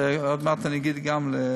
עוד מעט אני אגיד למסעוד,